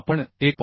आपण 1